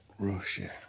Russia